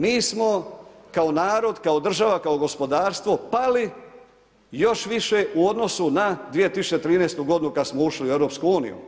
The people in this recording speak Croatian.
Mi smo kao narod, kao država, kao gospodarstvo pali još više u odnosu na 2013. godinu kad smo ušli u EU.